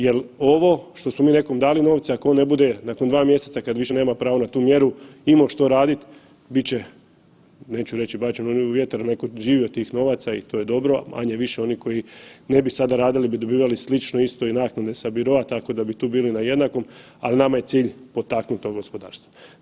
Jel ovo što smo mi nekom dali novce ako on ne bude nakon 2 mjeseca kad više nema pravo na tu mjeru imao što radit bit će, neću reći bačen u vjetar jer netko živi od tih novaca i to je dobro, manje-više oni koji ne bi sada radili bi dobivali slično isto i naknade sa biroa tako da bi tu bili na jednakom, ali nama je cilj potaknut to gospodarstvo.